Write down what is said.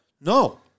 No